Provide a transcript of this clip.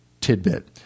tidbit